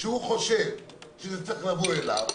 שהוא חושב שזה צריך לבוא אליו